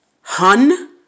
hun